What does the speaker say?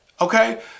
Okay